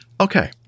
Okay